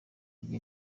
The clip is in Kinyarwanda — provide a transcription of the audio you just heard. ebyiri